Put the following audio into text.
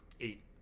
eight